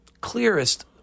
clearest